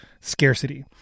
scarcity